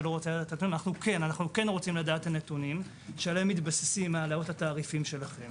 אנחנו כן רוצים לדעת את הנתונים שעליהם מתבססים העלאות התעריפים שלכם